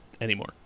anymore